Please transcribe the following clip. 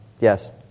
Yes